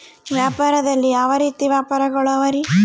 ವ್ಯಾಪಾರದಲ್ಲಿ ಯಾವ ರೇತಿ ವ್ಯಾಪಾರಗಳು ಅವರಿ?